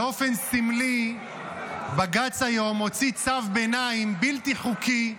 באופן סמלי בג"ץ היום הוציא צו ביניים בלתי חוקי,